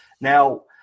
Now –